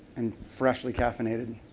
and freshly caffeinated.